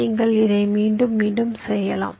நீங்கள் இதை மீண்டும் மீண்டும் செய்யலாம்